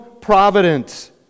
providence